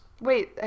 Wait